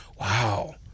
wow